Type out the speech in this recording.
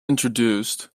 introduced